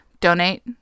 Donate